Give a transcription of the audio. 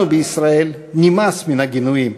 לנו בישראל נמאס מן הגינויים,